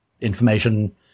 information